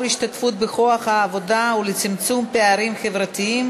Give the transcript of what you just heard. ההשתתפות בכוח העבודה ולצמצום פערים חברתיים